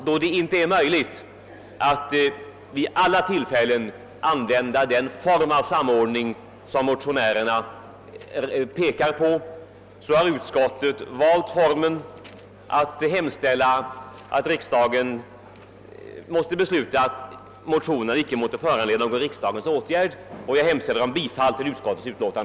Då det inte är möjligt att vid alla tillfällen tillämpa den form för samordning som motionärerna pekat på har utskottet beslutat hemställa att motionerna icke måtte föranleda någon riksdagens åtgärd, och jag ber att få yrka bifall till utskottets förslag.